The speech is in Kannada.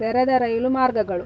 ತೆರೆದ ರೈಲು ಮಾರ್ಗಗಳು